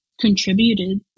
contributed